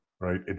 right